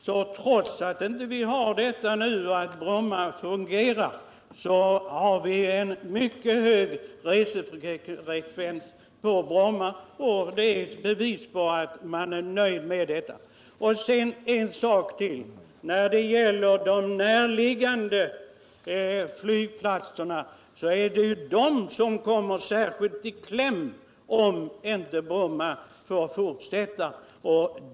Men trots att Bromma i dag inte fungerar i full utsträckning har vi där ändå en mycket hög resandefrekvens, och det är ett bevis på att de resande är nöjda. Sedan är det också på det sättet att de närliggande flygplatserna kommer i kläm alldeles särskilt, om inte flygverksamheten på Bromma får fortsätta.